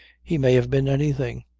he may have been anything.